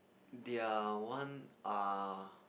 their one uh